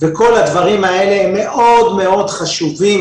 וכל הדברים האלה הם מאוד חשובים,